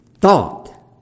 thought